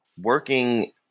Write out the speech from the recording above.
working